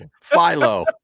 Philo